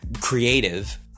creative